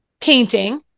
painting